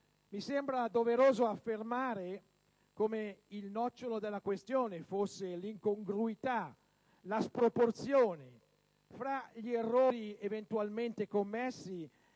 mi sembra doveroso affermare come il nocciolo della questione fosse l'incongruità, la sproporzione, tra gli errori eventualmente commessi